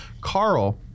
Carl